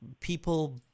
people